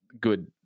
good